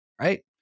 right